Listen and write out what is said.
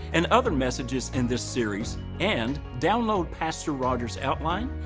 and other messages in this series, and download pastor rogers' outline,